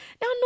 Now